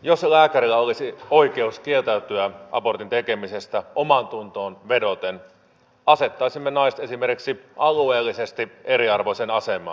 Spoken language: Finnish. jos lääkärillä olisi oikeus kieltäytyä abortin tekemisestä omaantuntoon vedoten asettaisimme naiset esimerkiksi alueellisesti eriarvoiseen asemaan